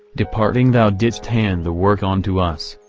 departing thou didst hand the work on to us.